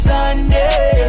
Sunday